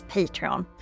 Patreon